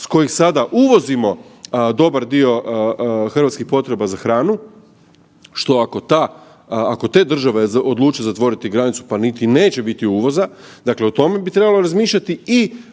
s kojih sada uvozimo dobar dio hrvatskih potreba za hranu. Što ako ta, ako te države odluče zatvoriti granicu pa niti neće biti uvoza, dakle o tome bi trebalo razmišljati i onda